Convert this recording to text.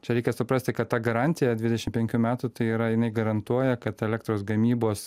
čia reikia suprasti kad ta garantija dvidešim penkių metų tai yra jinai garantuoja kad elektros gamybos